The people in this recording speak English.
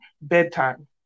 Bedtime